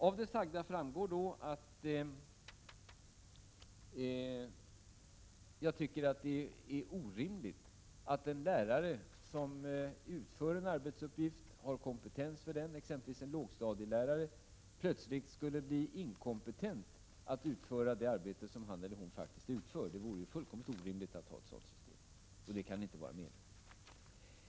Av det sagda framgår att jag tycker att det är orimligt att en lärare som utför en arbetsuppgift och har kompetens för den — exempelvis en lågstadielärare — plötsligt skall bli inkompent att utföra det arbete som han eller hon faktiskt utför. Det vore ju fullkomligt orimligt att ha ett sådant system, och det kan inte vara meningen.